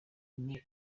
ine